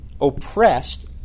oppressed